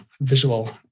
visual